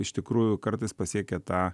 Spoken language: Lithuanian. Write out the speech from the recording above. iš tikrųjų kartais pasiekia tą